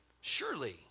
surely